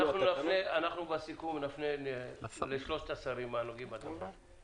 אנחנו בסיכום נפנה לשלושת השרים הנוגעים בדבר,